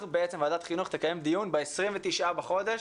שוועדת החינוך תקיים דיון ב-29 בחודש,